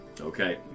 Okay